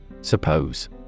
Suppose